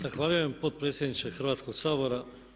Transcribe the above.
Zahvaljujem potpredsjedniče Hrvatskoga sabora.